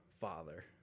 Father